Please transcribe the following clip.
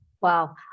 Wow